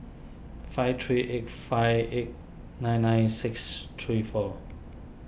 five three eight five eight nine nine six three four